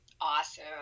Awesome